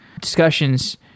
discussions